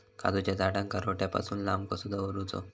काजूच्या झाडांका रोट्या पासून लांब कसो दवरूचो?